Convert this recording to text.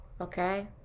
Okay